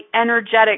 energetic